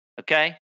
Okay